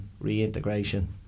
reintegration